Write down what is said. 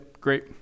great